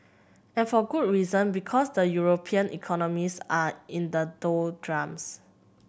and for good reason because the European economies are in the doldrums